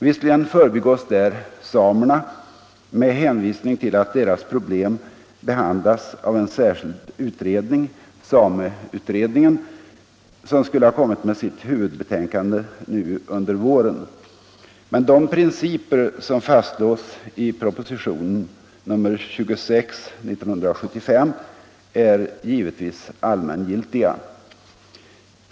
Visserligen förbigås där samerna med hänvisning till att deras problem behandlas av en särskild utredning, sameutredningen, som skulle ha lagt fram sitt huvudbetänkande nu under våren. Men de principer som fastslås i propositionen 1975:26 är givetvis allmängiltiga.